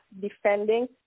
defending